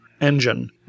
engine